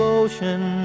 ocean